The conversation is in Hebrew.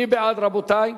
מי בעד, רבותי?